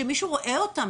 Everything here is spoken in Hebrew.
שמישהו רואה אותם,